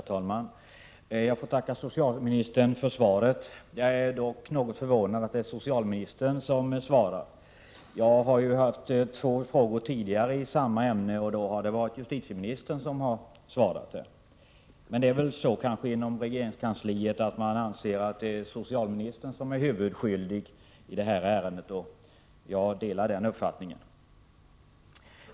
Herr talman! Jag får tacka socialministern för svaret. Jag är dock något förvånad över att det är socialministern som svarar. Tidigare har jag haft två frågor i samma ämne, och då har det varit justitieministern som svarat. Men man anser kanske inom regeringskansliet att det är socialministern som är huvudskyldig i det här ärendet, och jag delar den uppfattningen.